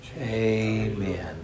Amen